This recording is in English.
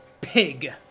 pig